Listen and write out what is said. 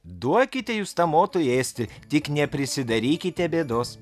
duokite jūs tam otui ėsti tik neprisidarykite bėdos